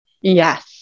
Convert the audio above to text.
Yes